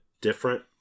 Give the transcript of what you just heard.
different